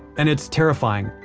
and it's terrifying.